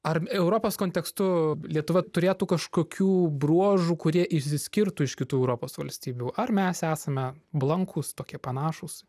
ar europos kontekstu lietuva turėtų kažkokių bruožų kurie išsiskirtų iš kitų europos valstybių ar mes esame blankūs tokie panašūs